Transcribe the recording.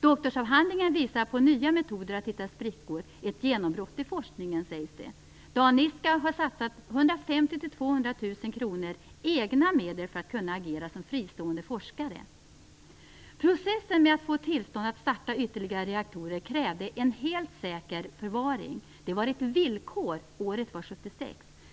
Doktorsavhandlingen visar på nya metoder att hitta sprickor - ett genombrott i forskningen, sägs det. Dan Nisca har satsat 150 000-200 000 kronor av egna medel för att kunna agera som fristående forskare. Processen med att få tillstånd att starta ytterligare reaktorer krävde "en helt säker förvaring". Detta var ett villkor. Året var 1976.